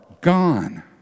gone